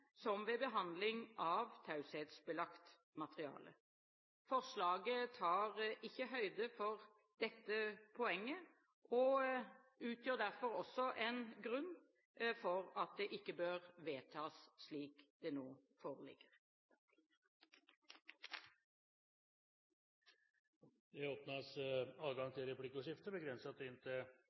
som ved behandling av taushetsbelagt materiale. Forslaget tar ikke høyde for dette poenget og utgjør derfor også en grunn for at det ikke bør vedtas slik det nå foreligger. Det åpnes for replikkordskifte.